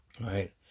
Right